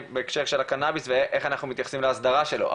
בהקשר של הקנאביס ואיך אנחנו מתייחסים להסדרה שלו,